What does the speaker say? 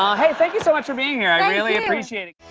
um hey, thank you so much for being here. i really appreciate it.